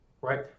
right